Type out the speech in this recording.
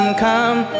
come